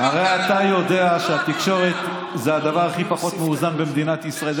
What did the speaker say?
הרי אתה יודע שהתקשורת זה הדבר הכי פחות מאוזן במדינת ישראל.